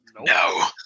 No